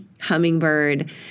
hummingbird